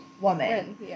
woman